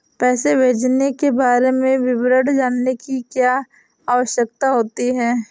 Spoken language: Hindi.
पैसे भेजने के बारे में विवरण जानने की क्या आवश्यकता होती है?